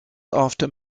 after